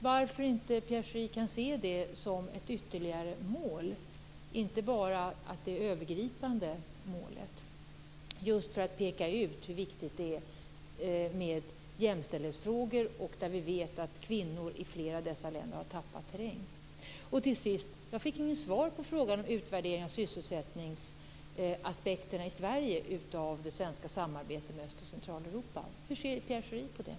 Varför kan inte Pierre Schori se det som ett ytterligare mål, inte bara som ett övergripande mål, just för att peka ut hur viktigt det är med jämställdhetsfrågor? Vi vet att kvinnor i flera av dessa länder har tappat terräng. Till sist: Jag fick inte något svar på frågan om utvärdering av sysselsättningsaspekterna i Sverige av det svenska samarbetet med Öst och Centraleuropa. Hur ser Pierre Schori på det?